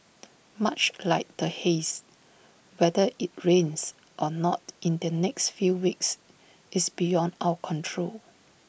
much like the haze whether IT rains or not in the next few weeks is beyond our control